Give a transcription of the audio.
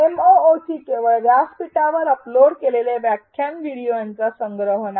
MOOC केवळ व्यासपीठावर upload केलेले व्याख्यान व्हिडिओ यांचा संग्रह नाही